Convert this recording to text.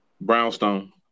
Brownstone